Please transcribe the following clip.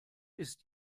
ist